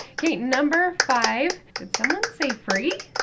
okay, number five, did someone say free?